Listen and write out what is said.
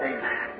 Amen